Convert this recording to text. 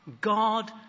God